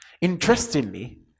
Interestingly